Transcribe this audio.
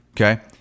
Okay